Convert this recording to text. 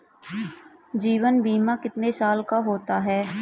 जीवन बीमा कितने साल का होता है?